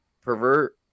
pervert